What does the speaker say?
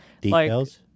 Details